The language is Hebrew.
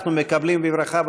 אנחנו מקבלים בברכה,